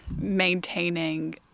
maintaining